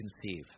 conceive